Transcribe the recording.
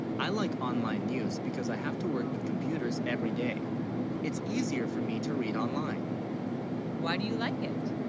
i like online news because i have to work with computers every, day it's easier for me to read online why, do you like it